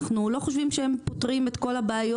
אנחנו לא חושבים שהם פותרים את כול הבעיות